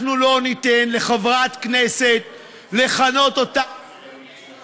אנחנו לא ניתן לחברת כנסת לכנות אותם במילים כאלו